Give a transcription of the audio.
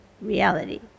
reality